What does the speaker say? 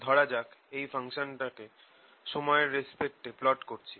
ধরা যাক এই ফাংশনটাকে সময়ের রেস্পেক্ট এ প্লট করছি